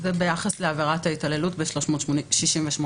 וביחס לעבירות ההתעללות ב-368ג.